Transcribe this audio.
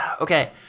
Okay